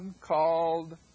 called